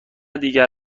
دیگر